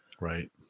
Right